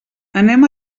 anem